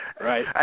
Right